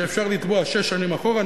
שאפשר לתבוע שש שנים לאחור,